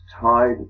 tied